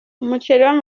umuceli